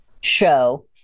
show